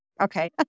Okay